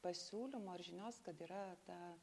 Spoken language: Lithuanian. pasiūlymo ar žinios kad yra ta